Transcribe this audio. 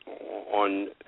on